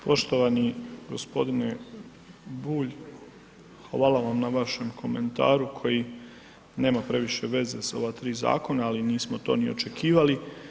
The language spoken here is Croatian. Poštovani g. Bulj, hvala vam na vašem komentaru koji nema previše veze sa ova 3 zakona, ali nismo to ni očekivali.